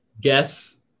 guess